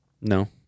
No